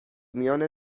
میان